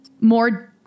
more